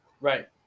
right